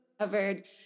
covered